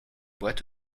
boîtes